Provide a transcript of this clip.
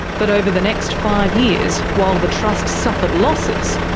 but over the next five years while the trust suffered losses,